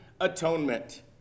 atonement